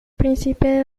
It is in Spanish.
príncipe